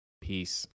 peace